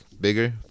Bigger